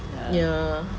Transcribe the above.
ya